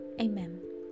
Amen